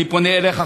אני פונה אליך,